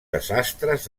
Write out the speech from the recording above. desastres